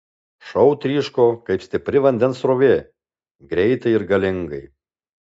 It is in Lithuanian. šou tryško kaip stipri vandens srovė greitai ir galingai